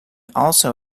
also